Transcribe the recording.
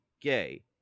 gay